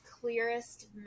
clearest